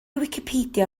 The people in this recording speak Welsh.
wicipedia